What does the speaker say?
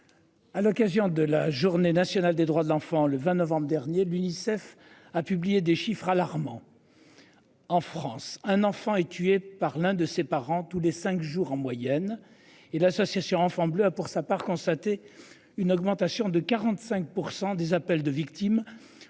À l'occasion de la journée nationale des droits de l'enfant le 20 novembre dernier, l'UNICEF a publié des chiffres alarmants. En France, un enfant est tué par l'un de ses parents, tous les 5 jours en moyenne et l'association enfant Bleu a pour sa part constaté une augmentation de 45% des appels de victimes